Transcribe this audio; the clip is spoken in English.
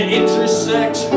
intersect